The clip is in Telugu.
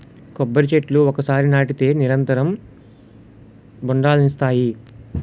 కొబ్బరి చెట్లు ఒకసారి నాటితే నిరంతరం బొండాలనిస్తాయి